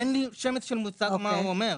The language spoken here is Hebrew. אין לי שמץ של מושג מה הוא אומר.